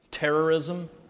Terrorism